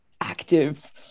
active